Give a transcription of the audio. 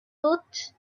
woot